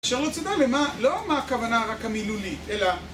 אפשר לצידה למה, לא מה הכוונה רק המילולי, אלא...